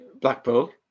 Blackpool